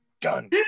done